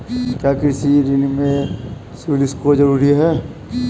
क्या कृषि ऋण में भी सिबिल स्कोर जरूरी होता है?